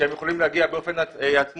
שהם יכולים להגיע באופן עצמוני,